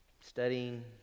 Studying